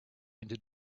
into